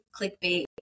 clickbait